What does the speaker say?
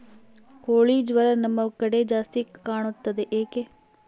ಕೋಳಿ ಜ್ವರ ನಮ್ಮ ಕಡೆ ಜಾಸ್ತಿ ಕಾಣುತ್ತದೆ ಏಕೆ?